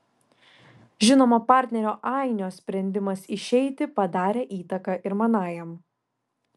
žinoma partnerio ainio sprendimas išeiti padarė įtaką ir manajam